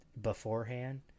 beforehand